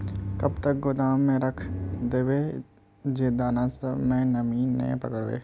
कब तक गोदाम में रख देबे जे दाना सब में नमी नय पकड़ते?